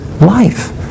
life